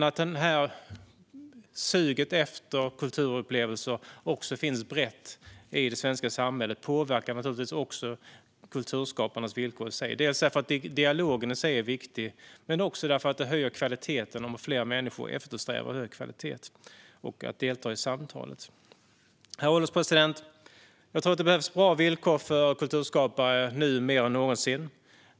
Att suget efter kulturupplevelser finns brett i det svenska samhället påverkar också kulturskaparnas villkor i sig. Dialogen i sig är viktig. Men det höjer också kvaliteten om fler människor eftersträvar hög kvalitet och att delta i samtalet. Herr ålderspresident! Det behövs nu mer än någonsin bra villkor för kulturskapare.